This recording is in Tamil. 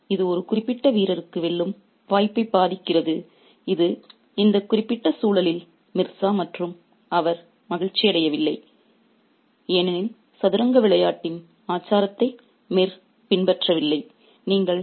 ஒரு மட்டத்தில் இது ஒரு குறிப்பிட்ட வீரருக்கு வெல்லும் வாய்ப்பை பாதிக்கிறது இது இந்த குறிப்பிட்ட சூழலில் மிர்சா மற்றும் அவர் மகிழ்ச்சியடையவில்லை ஏனெனில் சதுரங்க விளையாட்டின் ஆசாரத்தை மிர் பின்பற்றவில்லை